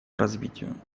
развитию